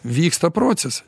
vyksta procesas